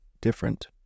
different